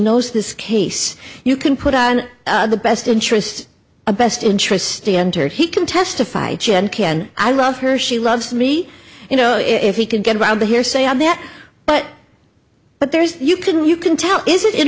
knows this case you can put on the best interests of best interests to enter he can testify can i love her she loves me you know if he can get around the hearsay on that but but there is you can you can tell is it in